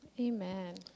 Amen